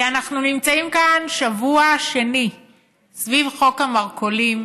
כי אנחנו נמצאים כאן שבוע שני סביב חוק המרכולים.